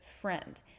friend